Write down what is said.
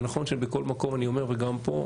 זה נכון שבכל מקום אני אומר וגם פה,